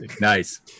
Nice